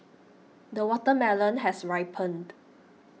the watermelon has ripened